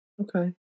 Okay